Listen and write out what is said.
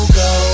go